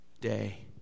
day